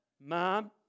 mom